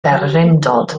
bererindod